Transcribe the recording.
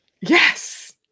Yes